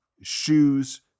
shoes